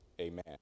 amen